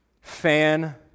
fan